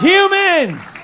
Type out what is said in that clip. Humans